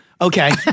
Okay